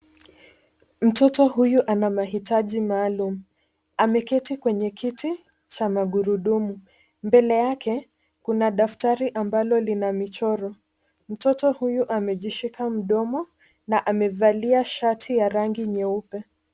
Mtoto huyu ana mahitaji maalum ameketi kwenye kiti cha magurudumu, mbele yake kuna daftari ambalo lina michoro ,mtoto huyu amejishika mdomo na amevalia shati ya rangi nyeupe.